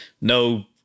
no